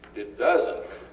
it doesnt